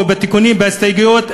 ובתיקונים ובהסתייגויות,